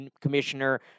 commissioner